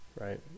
right